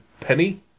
Penny